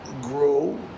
Grow